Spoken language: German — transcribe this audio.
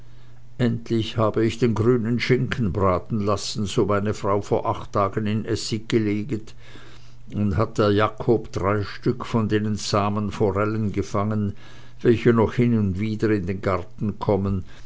endlich habe ich den grünen schinken braten lassen so meine frau vor acht tagen in essig geleget und hat der jakob drei stück von denen zahmen forellen gefangen welche noch hin und wieder an den garten kommen